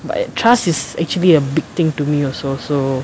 but trust is actually a big thing to me also so